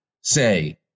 say